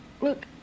look